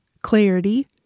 clarity